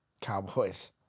Cowboys